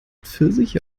pfirsiche